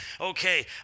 Okay